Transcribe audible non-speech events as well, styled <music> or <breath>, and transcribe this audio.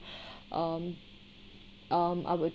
<breath> um I would